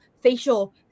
facial